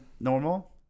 normal